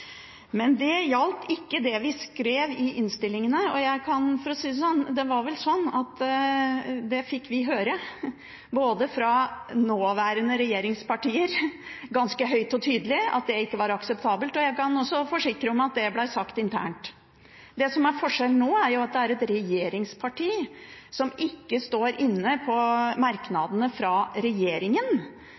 men det gjaldt ikke det vi skrev i innstillingene. For å si det sånn: Det fikk vi høre – fra nåværende regjeringspartier – ganske høyt og tydelig at ikke var akseptabelt, og jeg kan også forsikre om at det ble sagt internt. Det som er forskjellen nå, er jo at det er et regjeringsparti som ikke står inne på merknadene fra regjeringen.